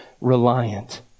reliant